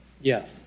Yes